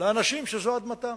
לאנשים שזו אדמתם.